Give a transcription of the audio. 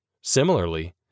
Similarly